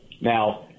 Now